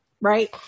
right